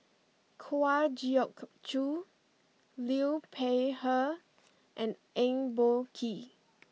Kwa Geok Choo Liu Peihe and Eng Boh Kee